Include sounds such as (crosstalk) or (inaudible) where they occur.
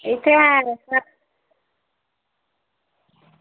इत्थें (unintelligible)